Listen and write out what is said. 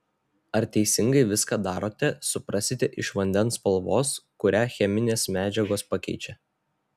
ar teisingai viską darote suprasite iš vandens spalvos kurią cheminės medžiagos pakeičia